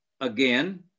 again